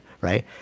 right